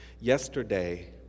Yesterday